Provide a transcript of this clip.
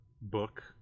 book